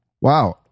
Wow